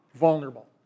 vulnerable